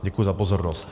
Děkuji za pozornost.